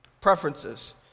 Preferences